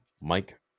Mike